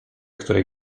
której